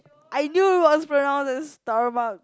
I knew it was pronounce as stomach